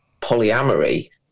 polyamory